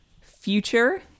Future